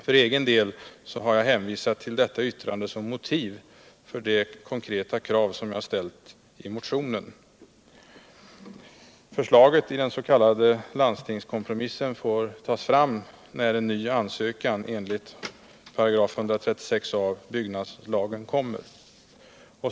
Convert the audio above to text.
För egen del har jag hänvisat ull detta yttrande som motiv för det konkreta krav som jag har ställt i motionen.